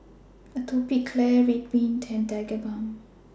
Atopiclair Ridwind and Tigerbalm